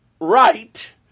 right